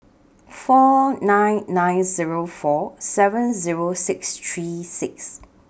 four nine nine Zero four seven Zero six three six